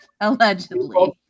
Allegedly